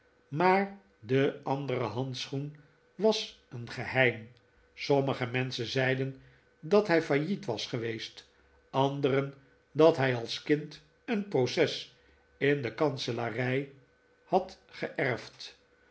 maar de andere handschoen was een geheim sommige menschen zeiden dat hij failliet was geweest anderen dat hij als kind een proces in de kanselarij had geerfd